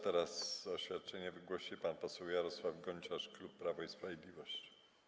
Teraz oświadczenie wygłosi pan poseł Jarosław Gonciarz, klub Prawo i Sprawiedliwość.